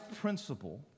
principle